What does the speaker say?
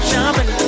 Jumping